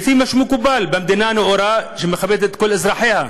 לפי מה שמקובל במדינה נאורה שמכבדת את כל אזרחיה.